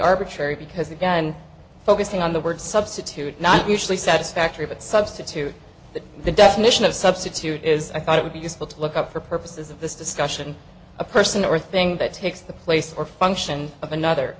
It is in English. arbitrary because again focusing on the word substitute not usually satisfactory but substitute that the definition of substitute is i thought it would be useful to look up for purposes of this discussion a person or thing that takes the place or function of another